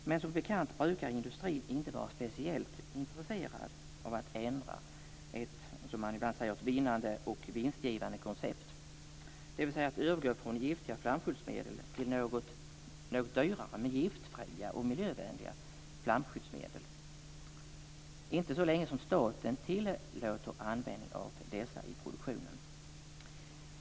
Men som bekant brukar industrin inte vara speciellt intresserad av att ändra ett vinnande och vinstgivande koncept, dvs. att övergå från giftiga flamskyddsmedel till något dyrare men giftfria och miljövänliga flamskyddsmedel. Det gör man inte så länge som staten tillåter användning av dessa i produktionen.